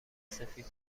سفید